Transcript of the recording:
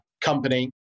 company